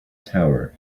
tower